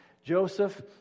Joseph